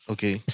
Okay